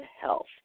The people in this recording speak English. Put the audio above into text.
health